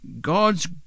God's